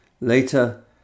Later